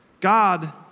God